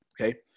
okay